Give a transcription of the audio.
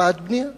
הקפאת בנייה,